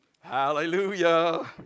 Hallelujah